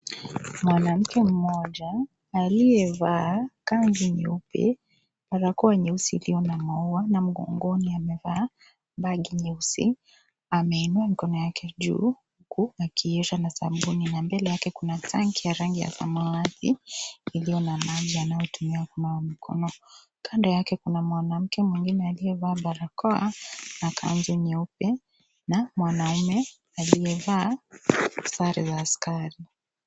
Mwanamke mmoja aliyevaa kanzu nyeupe barakoa nyeusi iliyo na maua na mgongoni amevaa bagi nyeusi ameinua mikono yake juu huku akiiosha na sabuni na mbele yake kuna tanki ya rangi ya samawati ilio na maji yanayotumiwa kunawa mikono, kando yake kuna mwanamke mwingine aliyevaa barakoa na kanzu nyeupe na mwanaume aliyevaa sare za askari.